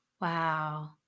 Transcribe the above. Wow